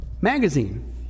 magazine